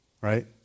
right